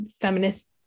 feminist